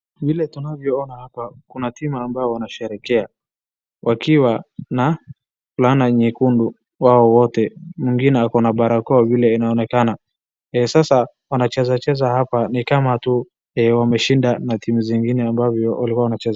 Vile tunavyoona hapa kuna timu ambao wanasherekea wakiwa na fulana nyekundu hao wote. Mwingine akona barakoa vile inaonekana. Sasa wanachezacheza hapa ni kama tu wameshinda na timu zingine ambavyo walikuwa wanacheza.